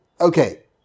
okay